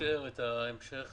לאפשר את המשך